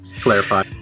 Clarify